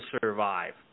survive